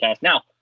Now